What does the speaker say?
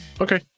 okay